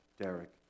Derek